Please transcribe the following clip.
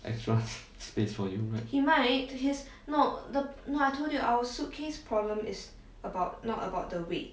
extra sp~ space for you meh